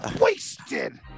Wasted